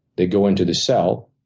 they go into the cell.